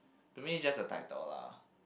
to me it just a title lah